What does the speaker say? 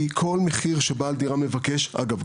כי כל מחיר שבעל דירה מבקש ואגב,